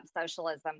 socialism